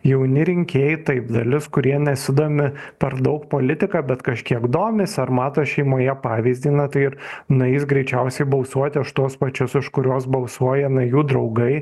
jauni rinkėjai taip dalis kurie nesidomi per daug politika bet kažkiek domisi ar mato šeimoje pavyzdį na tai ir na jis greičiausiai balsuoti už tuos pačius už kurios balsuoja na jų draugai